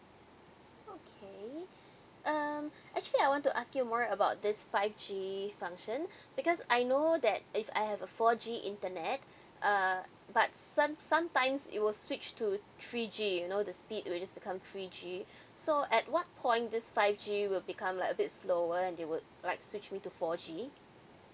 okay um actually I want to ask you more about this five G function because I know that if I have a four G internet uh but some sometimes it will switch to three G you know the speed it were just become three G so at one point this five G will become like a bit slower and they would like switch me to four G